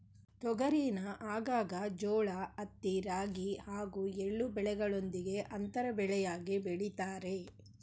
ತೊಗರಿನ ಆಗಾಗ ಜೋಳ ಹತ್ತಿ ರಾಗಿ ಹಾಗೂ ಎಳ್ಳು ಬೆಳೆಗಳೊಂದಿಗೆ ಅಂತರ ಬೆಳೆಯಾಗಿ ಬೆಳಿತಾರೆ